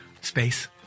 Space